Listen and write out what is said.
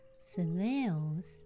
smells